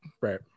right